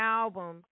album